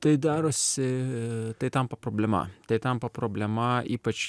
tai darosi tai tampa problema tai tampa problema ypač